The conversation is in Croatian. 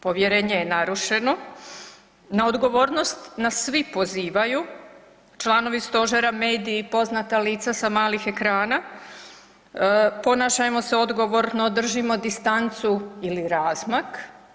Povjerenje je narušeno, na odgovornost nas svi pozivaju, članovi Stožera, mediji, poznata lica sa malih ekrana, ponašajmo se odgovorno, držimo distancu ili razmak.